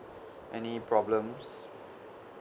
any problems